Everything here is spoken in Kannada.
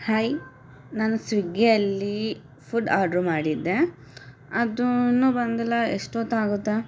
ಹಾಯ್ ನಾನು ಸ್ವಿಗ್ಗಿಯಲ್ಲಿ ಫುಡ್ ಆಡ್ರು ಮಾಡಿದ್ದೆ ಅದು ಇನ್ನೂ ಬಂದಿಲ್ಲ ಎಷ್ಟು ಹೊತ್ತಾಗುತ್ತೆ